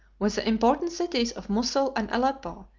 with the important cities of mosul and aleppo,